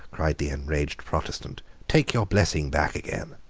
cried the enraged protestant take your blessing back again.